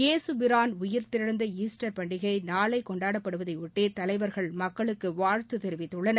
ஏசுபிரான் உயிர்த்தெழுந்த ஈஸ்டர் பண்டிகை நாளை கொண்டாடப்படுவதையொட்டி தலைவர்கள் மக்களுக்கு வாழ்த்து தெரிவித்துள்ளனர்